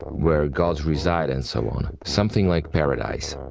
where gods reside and so on, something like paradise.